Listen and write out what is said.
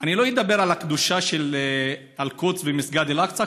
אני לא אדבר על הקדושה של אל-קודס ומסגד אל-אקצא,